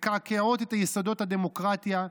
מקעקעות את יסודות הדמוקרטיה,